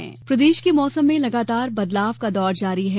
मौसम प्रदेश के मौसम में लगातार बदलाव का दौर जारी है